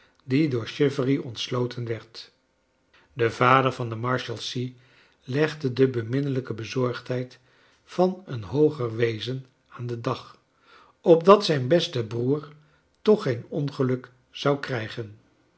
die door chivery ontsloten werd de vader van de marshalsea legde de beminnelijke bezorgdheid van een hooger wezen aan den dag op dat zijn beste broer toch geen ongeluk zou krijgen